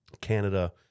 Canada